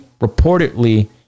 reportedly